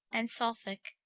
and suffolke,